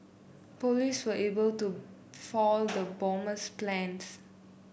police were able to foil the bomber's plans